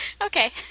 Okay